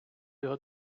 його